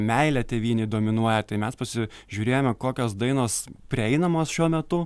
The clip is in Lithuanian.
meilė tėvynei dominuoja tai mes pasižiūrėjome kokios dainos prieinamos šiuo metu